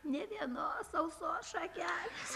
nė vienos sausos šakelės